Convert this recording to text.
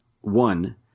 one